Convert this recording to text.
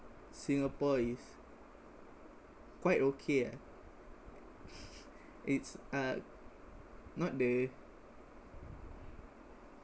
singapore is quite okay ah it's uh not the